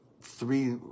three